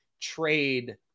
trade